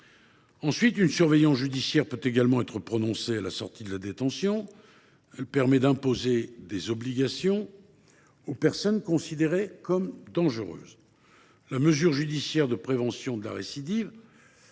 Ensuite, une surveillance judiciaire peut également être prononcée à la sortie de la détention. Cela permet d’imposer des obligations aux personnes considérées comme dangereuses. La mesure judiciaire de prévention de la récidive